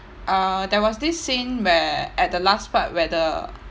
uh there was this scene where at the last part where the